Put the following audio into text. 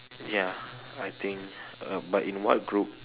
ya I think uh but in what group